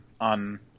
on